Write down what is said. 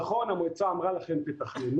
נכון, המועצה אמרה לכם תתכננו,